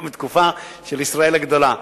גם בתקופה של ישראל הגדולה.